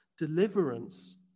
deliverance